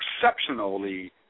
exceptionally